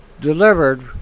delivered